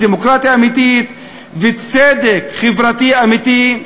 דמוקרטיה אמיתית וצדק חברתי אמיתי,